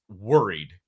worried